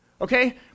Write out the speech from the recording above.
Okay